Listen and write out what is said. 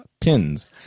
pins